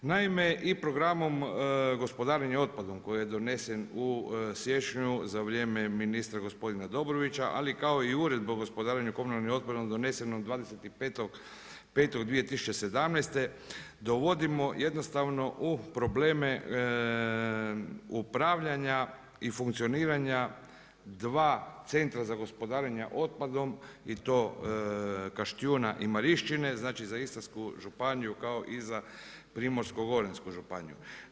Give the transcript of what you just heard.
Naime i programom gospodarenje otpadom koji je donesen u siječnju za vrijeme ministra gospodina Dobrovića, ali i kao i Uredba o gospodarenju komunalnim otpadom donesenim 25.5.2017. dovodimo jednostavno u probleme upravljanja i funkcioniranja dva Centra za gospodarenje otpadom i to Kaštijuna i Marinšćine, znači za Istarsku županiju kao i za Primorsko-goransku županiju.